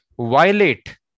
violate